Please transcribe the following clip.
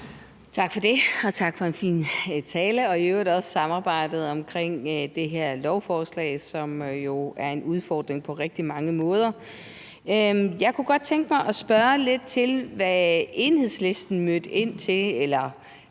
Tak for det. Og tak for en fin tale og i øvrigt også for samarbejdet omkring det her lovforslag, som jo er en udfordring på rigtig mange måder. Jeg kunne godt tænke mig at spørge lidt til, hvad Enhedslisten mødte ind til, eller